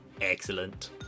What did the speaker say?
Excellent